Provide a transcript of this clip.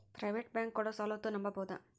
Private bank ಕೊಡೊ ಸೌಲತ್ತು ನಂಬಬೋದ?